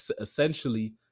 essentially